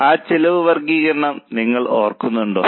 ആ ചെലവ് വർഗ്ഗീകരണം നിങ്ങൾ ഓർക്കുന്നുണ്ടോ